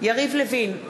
יריב לוין,